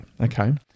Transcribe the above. Okay